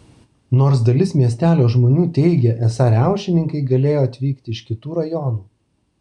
nors dalis miestelio žmonių teigė esą riaušininkai galėjo atvykti iš kitų rajonų